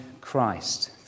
Christ